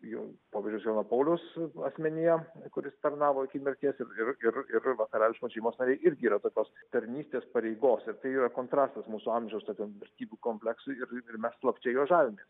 jau popiežiaus jono pauliaus asmenyje kuris tarnavo iki mirties ir ir ir karališkos šeimos nariai irgi yra tokios tarnystės pareigos ir tai yra kontrastas mūsų amžiaus tokiam vertybių kompleksui ir ir mes slapčia juo žavimės